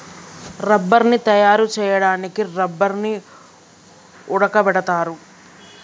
రబ్బర్ని తయారు చేయడానికి రబ్బర్ని ఉడకబెడతారు